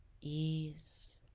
Ease